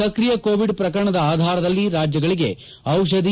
ಸಕ್ರಿಯ ಕೋವಿಡ್ ಪ್ರಕರಣದ ಆಧಾರದಲ್ಲಿ ರಾಜ್ಯಗಳಿಗೆ ಔಷಧಿ